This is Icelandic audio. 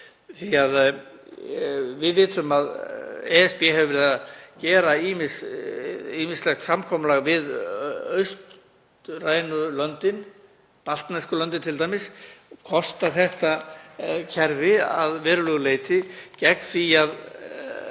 því að við vitum að ESB hefur verið að gera ýmiss konar samkomulag við austrænu löndin, baltnesku löndin t.d., sambandið kostar þetta kerfi að verulegu leyti gegn því að